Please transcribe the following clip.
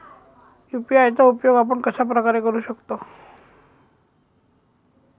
UPI चा उपयोग आपण कशाप्रकारे करु शकतो?